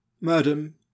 Madam